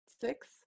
six